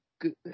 good